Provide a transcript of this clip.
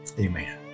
Amen